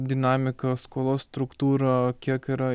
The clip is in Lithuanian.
dinamika skolos struktūra kiek yra